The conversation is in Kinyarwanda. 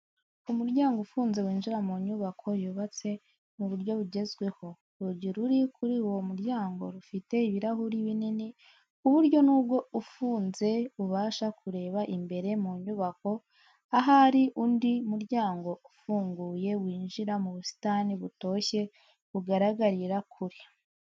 Umuryango ufunze winjira mu nyubako yubatse mu buryo bugezweho, urugi ruri kuri uwo muryango rufite ibirahuri binini ku buryo nubwo ufunze ubasha kureba imbere mu nyubako ahari undi muryango ufunguye winjira mu busitani butoshye bugaragarira kure.